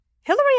Hillary